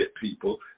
people